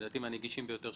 לדעתי מהנגישים ביותר,